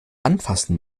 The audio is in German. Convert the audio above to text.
anfassen